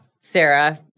Sarah